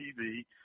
TV